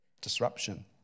Disruption